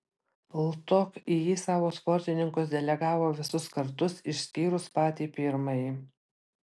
ltok į jį savo sportininkus delegavo visus kartus išskyrus patį pirmąjį